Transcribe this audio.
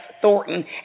Thornton